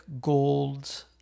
gold